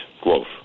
growth